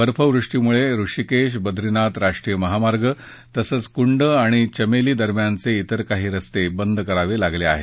बर्फवृष्टीमुळे ऋषीकेश बद्रीनाथ राष्ट्रीय महामार्ग तसंच कुंड आणि चमेली दरम्यानचे तिर काही रस्ते बंद करावे लागले आहेत